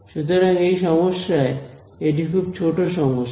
সুতরাং এই সমস্যায় এটি খুব ছোট সমস্যা